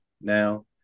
now